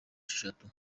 esheshatu